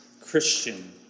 Christian